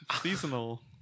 Seasonal